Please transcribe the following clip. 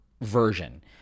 version